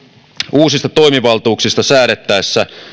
uusista toimivaltuuksista säädettäessä